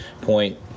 point